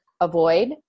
avoid